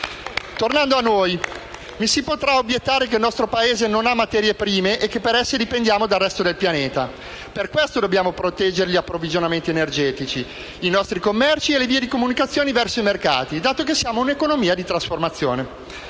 Tornando a noi, mi si potrà obiettare che il nostro Paese non ha materie prime e che per esse dipendiamo dal resto del pianeta. Per questo dobbiamo proteggere gli approvvigionamenti energetici, i nostri commerci e le vie di comunicazione verso i mercati, dato che siamo un'economia di trasformazione.